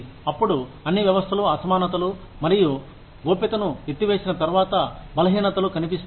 అప్పుడు అన్ని వ్యవస్థలు అసమానతలు మరియు గోప్యతను ఎత్తివేసిన తర్వాత బలహీనతలు కనిపిస్తాయి